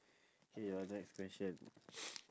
K your next question